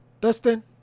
Dustin